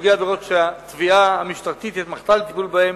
בסוגי עבירות שהתביעה המשטרתית התמחתה בטיפול בהם,